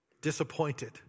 disappointed